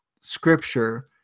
scripture